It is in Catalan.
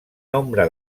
nombre